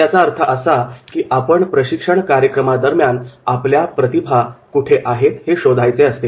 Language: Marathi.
याचा अर्थ असा की आपल्या प्रशिक्षण कार्यक्रमादरम्यान आपल्याला प्रतिभा कुठे आहे हे शोधायचे आहे